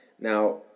Now